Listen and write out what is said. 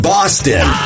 Boston